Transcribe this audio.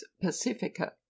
pacifica